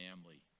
family